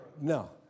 No